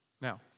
Now